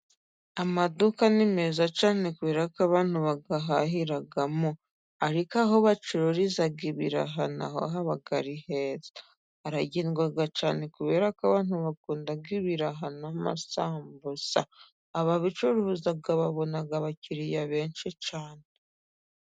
Amaduka nimeza cyane kubera ko abantu bayahahiramo. Ariko aho bacururiza ibiraha na ho haba ari heza, haragendwa cyane kubera ko abantu bakunda ibiraha n'amasambusa. Ababicuruza babona abakiriya benshi cyane.